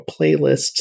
playlists